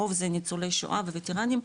הרוב זה ניצולי שואה וווטרנים,